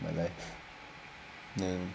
in my life ya